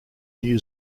new